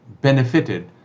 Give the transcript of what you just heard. benefited